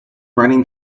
running